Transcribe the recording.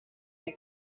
are